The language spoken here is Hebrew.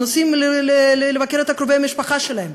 או נוסעים לבקר את קרובי המשפחה שלהם,